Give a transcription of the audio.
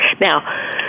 Now